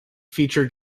feature